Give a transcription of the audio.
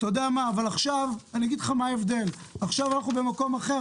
אני אגיד לך מה ההבדל עכשיו אנחנו במקום אחר,